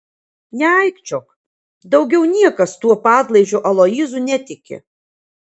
neaikčiok daugiau niekas tuo padlaižiu aloyzu netiki